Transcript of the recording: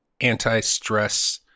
anti-stress